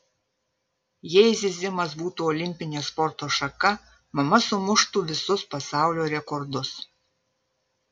jei zyzimas būtų olimpinė sporto šaka mama sumuštų visus pasaulio rekordus